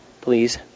please